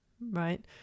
right